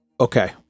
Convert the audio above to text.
okay